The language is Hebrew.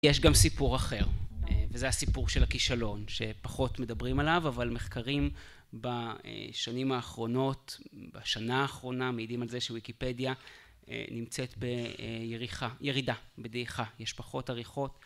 יש גם סיפור אחר, וזה הסיפור של הכישלון, שפחות מדברים עליו, אבל מחקרים בשנים האחרונות, בשנה האחרונה, מעידים על זה שוויקיפדיה נמצאת בירידה, בדעיכה, יש פחות עריכות